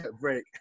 break